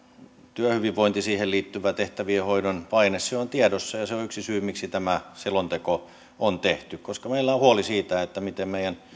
työhyvinvointi siihen liittyvä tehtävien hoidon paine on tiedossa se on yksi syy miksi tämä selonteko on tehty koska meillä on huoli siitä miten meidän